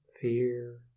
fear